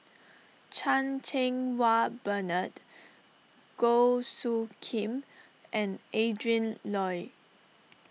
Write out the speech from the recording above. Chan Cheng Wah Bernard Goh Soo Khim and Adrin Loi